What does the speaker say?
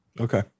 Okay